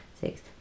six